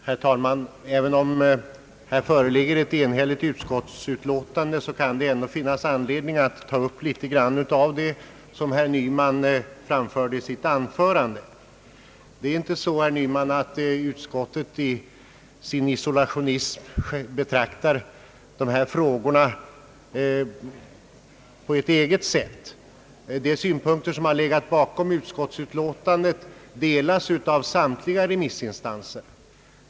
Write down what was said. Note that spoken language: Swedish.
Herr talman! Trots att det utskottsutlåtande vi nu behandlar är enhälligt kan det ändå vara anledning att något bemöta vad herr Nyman sade. Det är inte så, herr Nyman, att utskottet i isolationism har betraktat dessa frågor på sitt eget sätt, utan de synpunkter som har legat bakom utskottets utlåtande delas av samtliga remissinstanser.